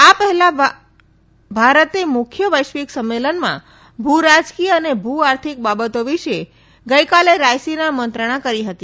આ પહેલા ભારતે મુખ્ય વૈશ્વિક સંમેલનમાં ભૂ રાજકીય અને ભૂ આર્થિક બાબતો વિશે રાપશીના મંત્રણા ગઇકાલે કરી હતી